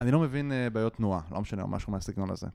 אני לא מבין אה, בעיות תנועה, לא משנה, או משהו מהסגנון הזה.